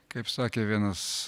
kaip sakė vienas